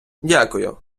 дякую